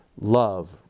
love